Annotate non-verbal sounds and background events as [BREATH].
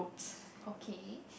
[BREATH] okay